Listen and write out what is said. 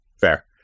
Fair